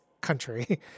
country